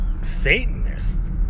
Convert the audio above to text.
satanist